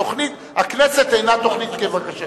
הכנסת אינה תוכנית כבקשתך.